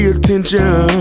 attention